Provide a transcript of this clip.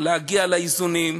להגיע לאיזונים.